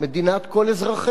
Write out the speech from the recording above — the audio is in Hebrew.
מדינת כל לאומיה,